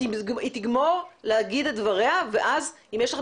היא תגמור להגיד את דבריה ואז אם יש לכם